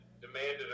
demanded